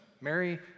Mary